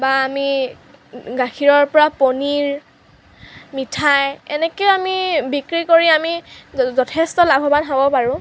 বা আমি গাখীৰৰ পৰা পনিৰ মিঠাই এনেকৈয়ো আমি বিক্ৰী কৰি আমি যথেষ্ট লাভৱান হ'ব পাৰোঁ